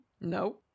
No